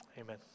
Amen